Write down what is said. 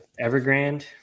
Evergrande